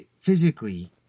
physically